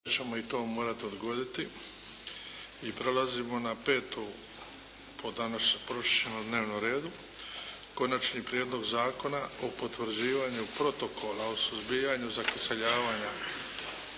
i to morati odgoditi. I prelazimo na 5. po danas pročišćenom dnevnom redu. - Konačni prijedlog Zakona o potvrđivanju Protokola o suzbijanju zakiseljavanja,